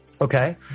okay